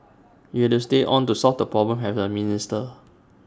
you have to stay on to solve the problem as A minister